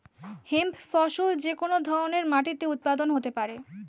hemp ফসল যে কোন ধরনের মাটিতে উৎপাদন হতে পারে